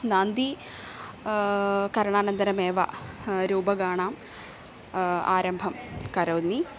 नान्दी करणानन्तरमेव रूपकाणाम् आरम्भं करोमि